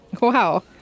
Wow